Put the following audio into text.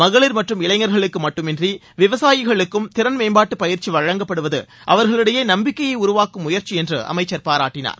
மகளிர் மற்றும் இளைஞர்களுக்கு மட்டுமின்றி விவசாயிகளுக்கும் திறன்மேம்பாட்டு பயிற்சி வழங்கப்படுவது அவர்களிடையே நப்பிக்கையை உருவாக்கும் முயற்சி என்று அமைச்சர் பாராட்டினார்